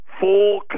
full